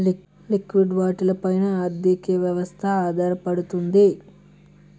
లిక్విడి వాటాల పైన ఆర్థిక వ్యవస్థ ఆధారపడుతుంది